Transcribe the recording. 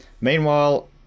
meanwhile